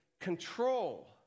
control